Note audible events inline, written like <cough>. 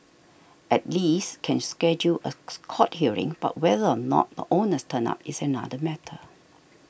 at least can schedule a <unintelligible> court hearing but whether or not the owners turn up is another matter